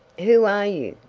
who are you?